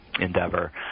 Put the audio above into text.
endeavor